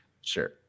sure